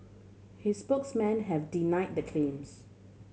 his spokesmen have deny the claims